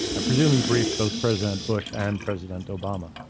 i presume you brief both president bush and president obama.